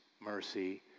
mercy